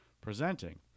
presenting